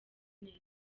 neza